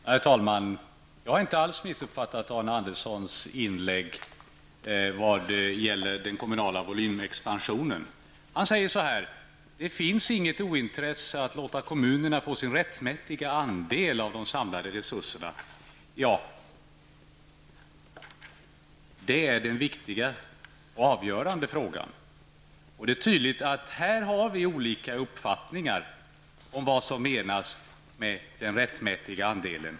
Herr talman! Jag har inte alls missuppfattat Arne Anderssons i Gamleby inlägg vad gäller den kommunala volymexpansionen. Han säger: Det finns inget ointresse av att låta kommunerna få sin rättmätiga andel av de samlade resurserna. Ja, det är det viktiga och den avgörande frågan. Det är tydligt att vi har olika uppfattningar om vad som menas med den rättmätiga andelen.